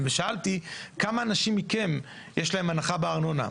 ושאלתי כמה אנשים מכם יש לכם הנחה בארנונה?